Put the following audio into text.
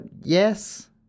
Yes